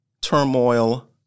turmoil